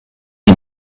die